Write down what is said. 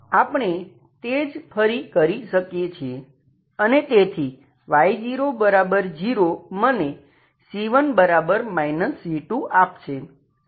આપણે તે જ ફરી કરી શકીએ છીએ અને તેથી Y00 મને c1 c2 આપશે